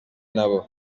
n’ibindi